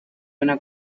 una